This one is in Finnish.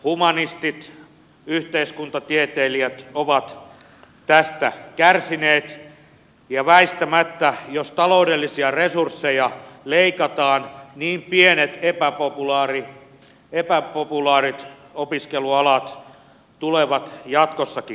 humanistit yhteiskuntatieteilijät ovat tästä kärsineet ja väistämättä jos taloudellisia resursseja leikataan pienet epäpopulaarit opiskelualat tulevat jatkossakin kärsimään